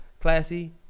Classy